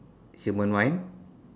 human mind